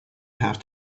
have